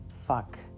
fuck